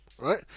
Right